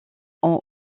ont